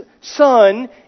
Son